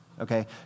okay